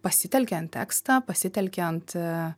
pasitelkiant tekstą pasitelkiant